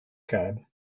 cab